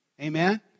Amen